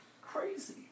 crazy